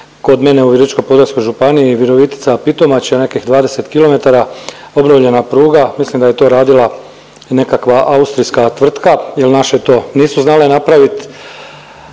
kod mene u Virovitičko-podravskoj županiji, Virovitica-Pitomača nekih 20 km obnovljena pruga, mislim da je to radila nekakva austrijska tvrtka jel naše to nisu znale napravit,